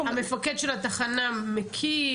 המפקד של התחנה מכיר?